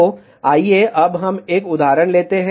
तो आइए अब हम एक उदाहरण लेते हैं